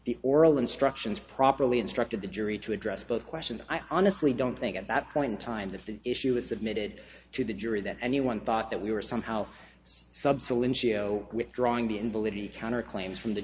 the oral instructions properly instructed the jury to address both questions i honestly don't think at that point in time that the issue was submitted to the jury that anyone thought that we were somehow subsequent sheo withdrawing the invalidity counterclaims from the